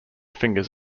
fingers